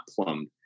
plumbed